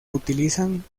utilizan